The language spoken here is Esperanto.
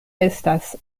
estas